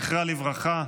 זיכרונה לברכה.